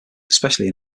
especially